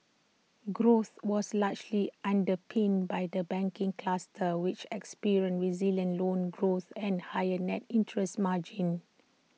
growth was largely underpinned by the banking cluster which experienced resilient loans growth and higher net interest margins